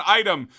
item